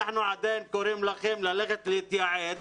אנחנו עדיין קוראים לכם ללכת להתייעץ